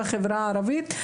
החברה הערבית.